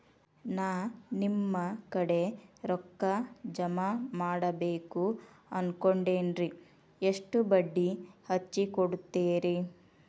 ನಾ ನಿಮ್ಮ ಕಡೆ ರೊಕ್ಕ ಜಮಾ ಮಾಡಬೇಕು ಅನ್ಕೊಂಡೆನ್ರಿ, ಎಷ್ಟು ಬಡ್ಡಿ ಹಚ್ಚಿಕೊಡುತ್ತೇರಿ?